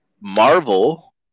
Marvel